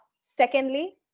Secondly